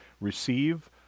receive